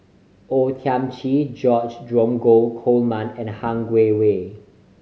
O Thiam Chin George Dromgold Coleman and Han Guangwei